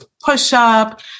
push-up